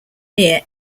near